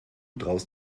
traust